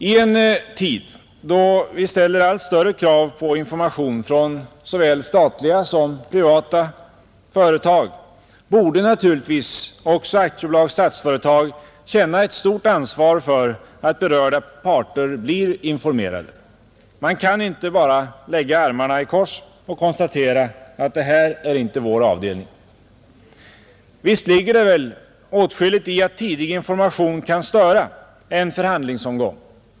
I en tid då vi ställer allt större krav på information från såväl statliga som privata företag borde naturligtvis också Statsföretag känna ett stort ansvar för att berörda parter blir informerade. Man kan inte bara lägga armarna i kors och konstatera att ”det här är inte vår avdelning”. Visst ligger det väl åtskilligt i att tidig information kan störa en förhandlingsomgång.